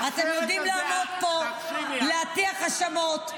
ולהטיח האשמות,